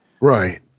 Right